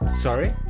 Sorry